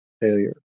failure